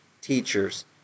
teachers